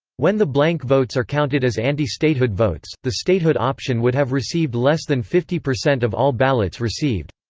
when the blank votes are counted as anti-statehood votes, the statehood option would have received less than fifty percent of all ballots received.